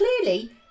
clearly